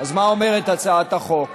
אז מה אומרת הצעת החוק?